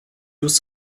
use